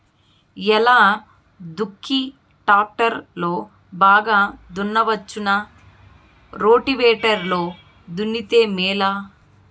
ఎలా దుక్కి టాక్టర్ లో బాగా దున్నవచ్చునా రోటివేటర్ లో దున్నితే మేలా?